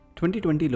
2020